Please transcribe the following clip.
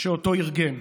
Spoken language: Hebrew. שאותו ארגן.